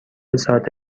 ساعت